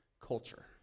culture